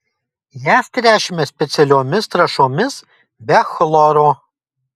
jas tręšiame specialiomis trąšomis be chloro